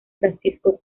francisco